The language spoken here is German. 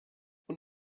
und